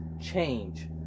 change